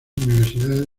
universidades